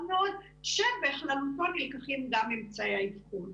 מאוד שבכללותו נלקחים גם ממצאי האבחון.